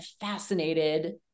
fascinated